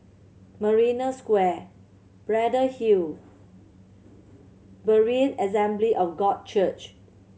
Marina Square Braddell Hill and Berean Assembly of God Church